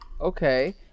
Okay